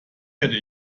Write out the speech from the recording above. hätte